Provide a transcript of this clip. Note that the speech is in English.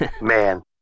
Man